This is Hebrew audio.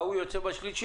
וההוא יוצא בשלישי,